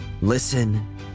Listen